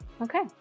Okay